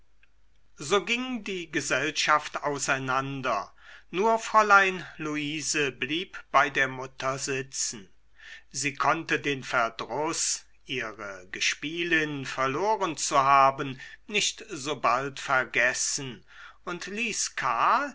so ging die gesellschaft auseinander nur fräulein luise blieb bei der mutter sitzen sie konnte den verdruß ihre gespielin verloren zu haben nicht so bald vergessen und ließ karin